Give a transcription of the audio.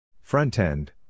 Front-end